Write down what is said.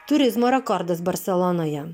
turizmo rekordas barselonoje